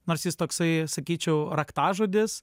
nors jis toksai sakyčiau raktažodis